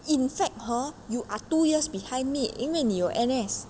in fact hor you are two years behind me 因为你有 N_S